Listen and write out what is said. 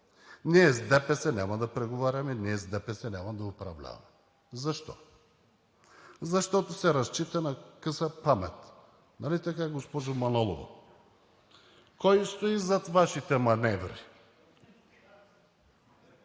„Ние с ДПС няма да преговаряме“, „ние с ДПС няма да управляваме“. Защо? Защото се разчита на къса памет. Нали така, госпожо Манолова? Кой стои зад Вашите маневри?